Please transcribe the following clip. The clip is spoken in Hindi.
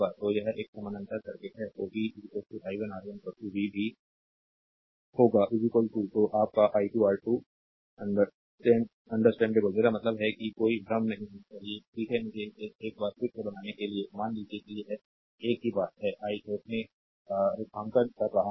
तो यह एक समानांतर सर्किट है तो v i1 R1 v भी होगा तो आप का i2 R2 अंडरस्टैंडेबल मेरा मतलब है कि कोई भ्रम नहीं होना चाहिए ठीक है मुझे इसे एक बार फिर से बनाने के लिए मान लीजिए कि यह एक ही बात है आई रेखांकन कर रहा हूं